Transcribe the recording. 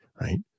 right